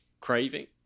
craving